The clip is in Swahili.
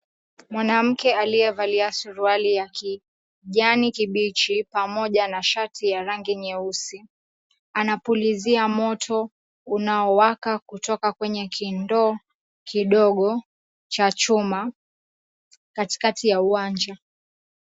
Mwanamke aliyevalia suruali ya kijani kibichi pamoja na rangi ya shati nyeusi, anapulizia moto unaowaka kutoka kwenye kindoo kidogo cha chuma katikati ya uwanja.